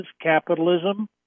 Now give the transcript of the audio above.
capitalism